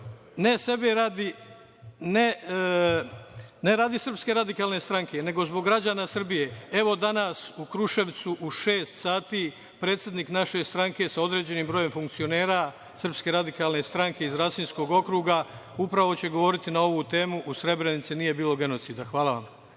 sebe radi, ne radi SRS, nego zbog građana Srbije. Evo, danas u Kruševcu u šest sati, predsednik naše stranke, sa određenim brojem funkcionera SRS iz Rasinskog okruga, upravo će govoriti na ovu temu – „U Srebrenici nije bilo genocida“. Hvala vam.